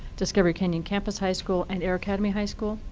discovery canyon campus high school, and air academy high school,